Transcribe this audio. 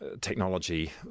technology